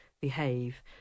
behave